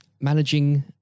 managing